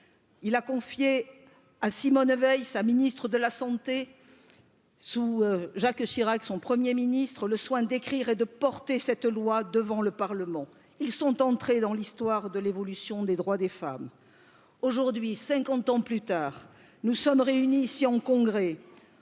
il a confié à simone veil sa ministre de la santé sous jacques chirac son premier ministre le soin d'écrire et de porter cette loi devant parlement ils sont entrés dans l'histoire de l'évolution eton des droits des femmes aujourd'hui cinquante ans plus tard nous sommes réunis ausi en congrès